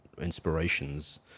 inspirations